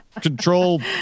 control